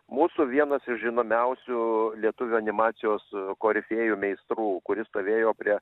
mūsų vienas iš žinomiausių lietuvių animacijos korifėjų meistrų kuris stovėjo prie